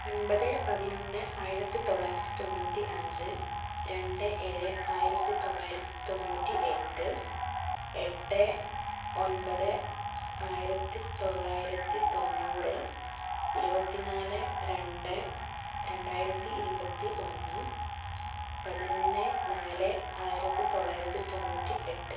ഒമ്പത് പതിനൊന്ന് ആയിരത്തിത്തൊള്ളായിരത്തി തൊണ്ണൂറ്റി അഞ്ച് രണ്ട് ഏഴ് ആയിരത്തിത്തൊള്ളായിരത്തിത്തൊണ്ണൂറ്റി എട്ട് എട്ട് ഒൻപത് ആയിരത്തിത്തൊള്ളായിരത്തിത്തൊണ്ണൂറ് ഇരുപത്തിനാല് രണ്ട് രണ്ടായിരത്തി ഇരുപത്തി ഒന്ന് പതിനൊന്ന് നാല് ആയിരത്തിത്തൊള്ളായിരത്തിത്തൊണ്ണൂറ്റി എട്ട്